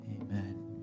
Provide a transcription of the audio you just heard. Amen